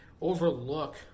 overlook